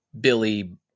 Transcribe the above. Billy